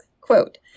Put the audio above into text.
Quote